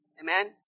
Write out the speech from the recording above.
Amen